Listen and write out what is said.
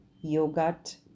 yogurt